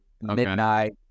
midnight